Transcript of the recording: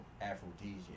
aphrodisiac